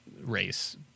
race